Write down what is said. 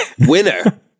winner